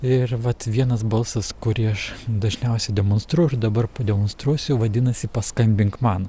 ir vat vienas balsas kurį aš dažniausiai demonstruoju ir dabar pademonstruosiu vadinasi paskambink man